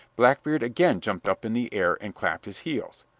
blackbeard again jumped up in the air and clapped his heels.